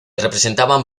representaban